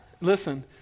listen